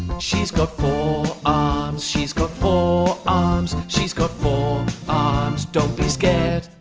she's got four arms. she's got four arms. she's got four arms. don't be scared.